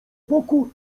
boku